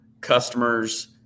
customers